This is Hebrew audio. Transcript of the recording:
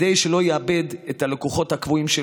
כדי שלא יאבד את לקוחותיו הקבועים.